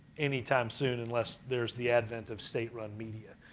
any time soon unless there's the advent of staterun media,